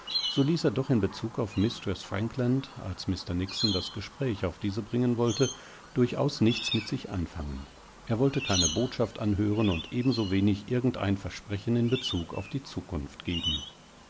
so ließ er doch in bezug auf mistreß frankland als mr nixon das gespräch auf diese bringen wollte durchaus nichts mit sich anfangen er wollte keine botschaft anhören und ebensowenig irgend ein versprecheninbezugaufdiezukunftgeben über